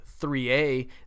3a